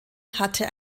hatte